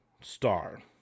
star